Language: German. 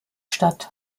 statt